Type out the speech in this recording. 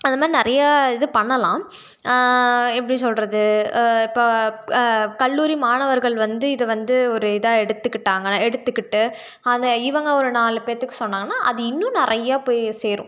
அதமாதிரி நிறையா இது பண்ணலாம் எப்படி சொல்லுறது இப்போ கல்லூரி மாணவர்கள் வந்து இதைவந்து ஒரு இதாக எடுத்துக்கிட்டாங்க எடுத்துக்கிட்டு அதை இவங்க ஒரு நாலு பேத்துக்கு சொன்னாங்கன்னா அது இன்னும் நிறைய போய் சேரும்